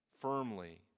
firmly